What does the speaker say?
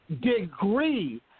degree